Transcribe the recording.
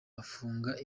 afunga